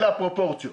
ואלה הפרופורציות